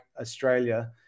Australia